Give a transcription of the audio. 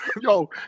yo